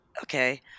okay